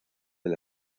del